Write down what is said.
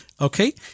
Okay